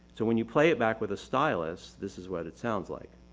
so when you play it back with a stylus, this is what it sounds like.